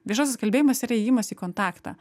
viešasis kalbėjimas yra ėjimas į kontaktą